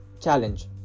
challenge